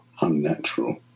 unnatural